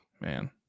man